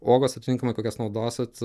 uogos atitinkamai kokias naudosit